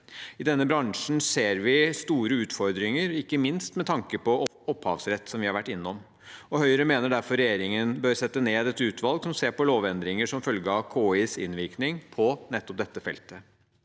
I denne bransjen ser vi store utfordringer, ikke minst med tanke på opphavsrett, som vi har vært innom. Høyre mener derfor regjeringen bør sette ned et utvalg som ser på lovendringer som følge av KIs innvirkning på nettopp dette feltet.